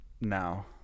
now